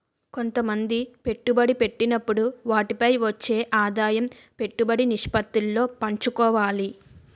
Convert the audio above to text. కొంతమంది పెట్టుబడి పెట్టినప్పుడు వాటిపై వచ్చే ఆదాయం పెట్టుబడి నిష్పత్తిలో పంచుకోవాలి